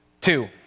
Two